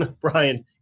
Brian